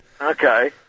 Okay